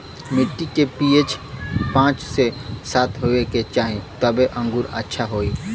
मट्टी के पी.एच पाँच से सात होये के चाही तबे अंगूर अच्छा होई